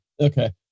Okay